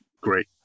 great